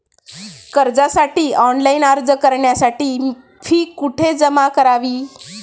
कर्जासाठी ऑनलाइन अर्ज करण्यासाठी फी कुठे जमा करावी?